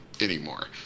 anymore